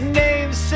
name's